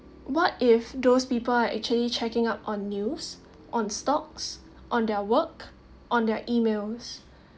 what if those people are actually checking up on news on stocks on their work on their emails